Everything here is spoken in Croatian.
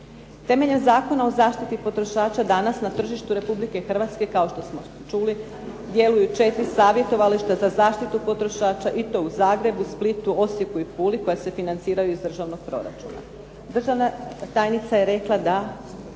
Temeljem Zakona o zaštiti potrošača danas na tržištu Republike Hrvatske kao što smo čuli djeluju 4 savjetovališta za zaštitu potrošača i to u Zagrebu, Splitu, Osijeku i Puli koja se financiraju iz državnog proračuna. Državna tajnica je rekla da